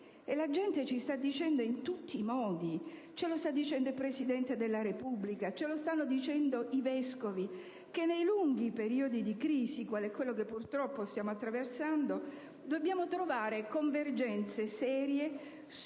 la gente ci sta dicendo in tutti i modi, insieme con il Presidente della Repubblica, con i vescovi, che nei lunghi periodi di crisi, quale quello che purtroppo stiamo attraversando, dobbiamo trovare convergenze serie su temi,